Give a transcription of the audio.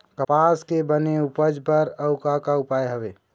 कपास के बने उपज बर अउ का का उपाय हवे?